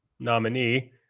nominee